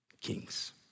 kings